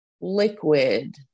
liquid